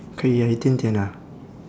可以呀一点点啊